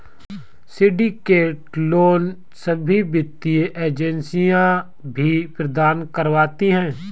syndicate loan सभी वित्तीय agency भी प्रदान करवाती है